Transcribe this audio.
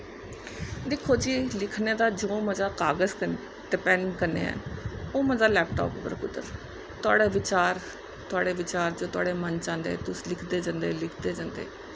दिक्खो जी लिखने दा जो मज़ा कागज ते पैन कन्नै ऐ ओह् लैपटॉप पर कुत्थें तोआड़े विचार च तोआड़े मन च आंदा ऐ तुस लिखदे जंदे लिखदे जंदे